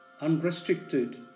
unrestricted